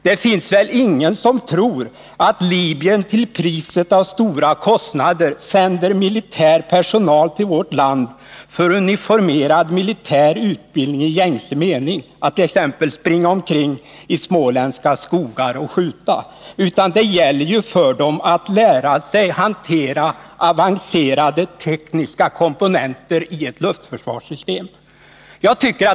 Det finns väl ingen som tror att Libyen till priset av stora kostnader sänder militär personal till vårt land för uniformerad militär utbildning i gängse mening, för att den skall springa omkring i småländska skogar och skjuta? Det gäller ju för dem att lära sig hantera avancerade tekniska komponenter i ett luftförsvarssystem.